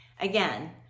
Again